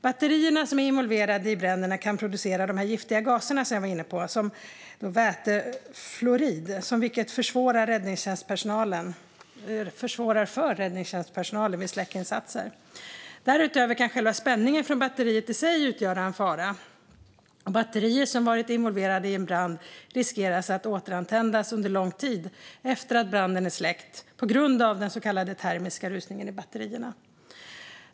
Batterierna som är involverade i bränderna kan producera de giftiga gaser som jag var inne på, som vätefluorid, vilket försvårar för räddningstjänstpersonalen vid släckinsatser. Därutöver kan själva spänningen från batteriet i sig utgöra en fara. Och batterier som varit involverade i en brand riskerar att återantändas under lång tid efter att branden är släckt, på grund av den så kallade termiska rusningen i batterierna.